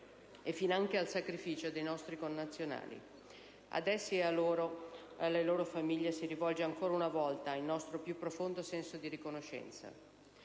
e finanche al sacrificio dei nostri connazionali. Ad essi e alle loro famiglie si rivolge ancora una volta il nostro più profondo senso di riconoscenza.